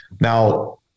Now